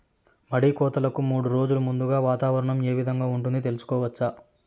మడి కోతలకు మూడు రోజులు ముందుగా వాతావరణం ఏ విధంగా ఉంటుంది, తెలుసుకోవచ్చా?